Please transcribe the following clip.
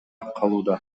калууда